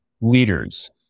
leaders